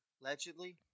Allegedly